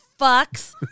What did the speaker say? fucks